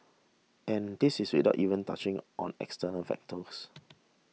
and this is without even touching on external factors